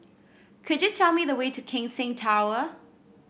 could you tell me the way to Keck Seng Tower